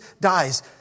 dies